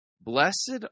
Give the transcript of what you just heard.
Blessed